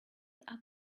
are